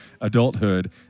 adulthood